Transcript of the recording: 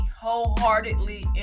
wholeheartedly